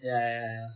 ya ya ya